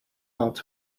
out